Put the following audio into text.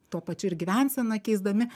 tuo pačiu ir gyvenseną keisdami